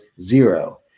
zero